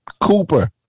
Cooper